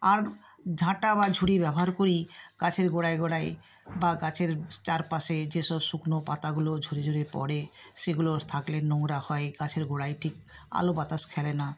আর ঝাঁটা বা ঝুড়ি ব্যবহার করি গাছের গোঁড়ায় গোঁড়ায় বা গাছের চারপাশে যেসব শুকনো পাতাগুলো ঝরে ঝরে পড়ে সেগুলো থাকলে নোংরা হয় গাছের গোঁড়ায় ঠিক আলো বাতাস খেলে না